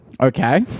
Okay